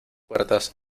puertas